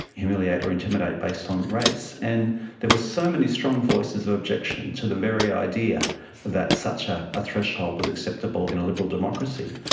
humiliate or intimidate based on race. and there were so many strong voices of objection to the very idea that such ah a threshold was acceptable in a liberal democracy.